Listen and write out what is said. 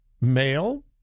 male